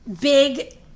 big